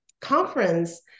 conference